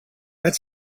met